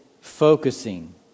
focusing